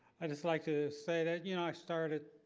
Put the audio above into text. i just like to say that, you know, i started.